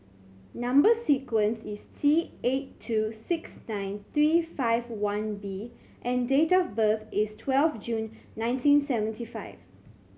number sequence is T eight two six nine three five one B and date of birth is twelve June nineteen seventy five